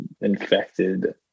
infected